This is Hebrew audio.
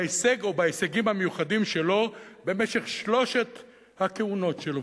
בהישג או בהישגים המיוחדים שלו במשך שלוש הכהונות שלו,